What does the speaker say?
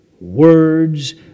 words